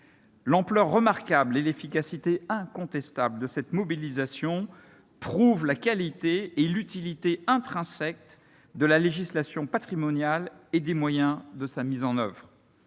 L'ampleur remarquable et l'efficacité incontestable de cette mobilisation prouvent la qualité et l'utilité intrinsèques de la législation patrimoniale et des moyens de sa mise en oeuvre.